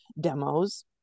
demos